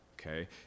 okay